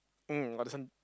um but this one